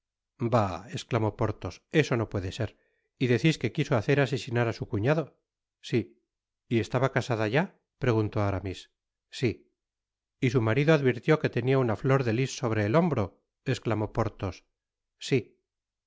bah esclamó porthos eso no puede ser y decis que quiso hacer asesinar á su cuñado sí y estaba casada ya preguntó aramjs si content from google book search generated at y su marido advirtió que tenia una flor de lis sobre el hombro esclamó porthos si